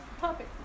topic